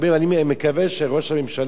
אני מקווה שראש הממשלה,